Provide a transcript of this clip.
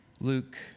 Luke